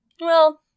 Well-